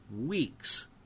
weeks